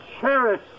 cherish